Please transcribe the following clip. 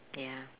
ya